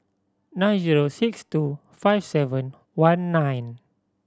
nine zero six two five seven one nine